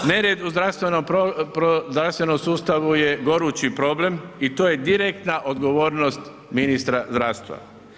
Nered u zdravstvenom sustavu je gorući problem i to je direktna odgovornost ministra zdravstva.